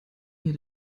mir